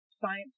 science